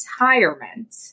retirement